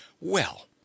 Well